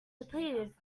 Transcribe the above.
depleted